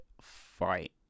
fight